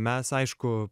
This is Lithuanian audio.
mes aišku